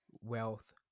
wealth